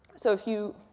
so if you